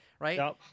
right